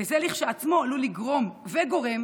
וזה כשלעצמו עלול לגרום וגורם